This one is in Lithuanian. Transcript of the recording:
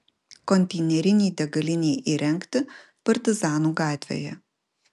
konteinerinei degalinei įrengti partizanų gatvėje